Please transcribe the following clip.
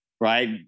right